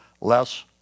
less